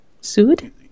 Sued